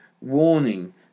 warning